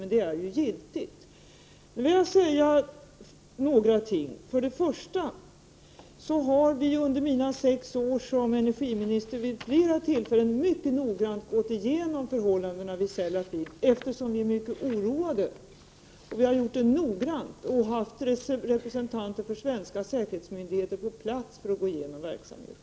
Men jag vill göra ytterligare några anmärkningar. För det första har vi under mina sex år som energiminister vid flera tillfällen mycket noggrant gått igenom förhållandena vid Sellafield, eftersom vi har varit oroade. Vi har gjort det noggrant och vi har haft representanter för svenska säkerhetsmyndigheter på platsen för att gå igenom verksamheten.